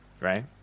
right